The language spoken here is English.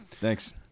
thanks